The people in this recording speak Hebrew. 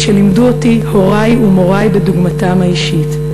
את שלימדו אותי הורי ומורי בדוגמתם האישית: